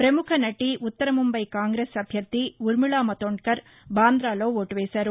ప్రముఖ నటీ ఉత్తర ముంబై కాంగ్రెస్ అభ్యర్థి ఊర్మిళా మతోంద్కర్ బాంద్రాలో ఓటు వేశారు